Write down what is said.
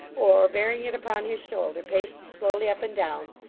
or, bearing it upon his shoulder, paced slowly up and down,